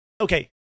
Okay